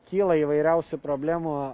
kyla įvairiausių problemų